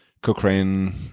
Cochrane